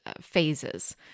phases